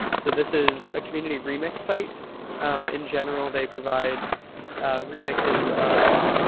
so this is a community remix site in general they provide remixes of